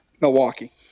Milwaukee